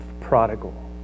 prodigal